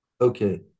Okay